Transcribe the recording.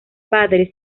padre